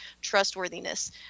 trustworthiness